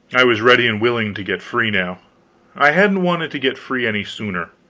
i was ready and willing to get free now i hadn't wanted to get free any sooner.